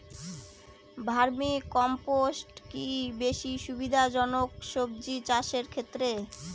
Vermi compost কি বেশী সুবিধা জনক সবজি চাষের ক্ষেত্রে?